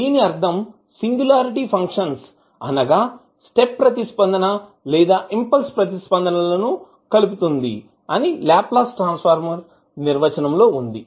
దీని అర్ధం singularity functions అనగా స్టెప్ ప్రతిస్పందన లేదా ఇంపల్స్ ప్రతిస్పందన లను కలుపుతుంది అని లాప్లాస్ ట్రాన్సఫర్మ్ నిర్వచనం లో వుంది